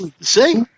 See